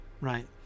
right